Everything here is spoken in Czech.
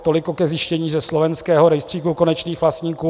Toliko ke zjištění ze slovenského rejstříku konečných vlastníků.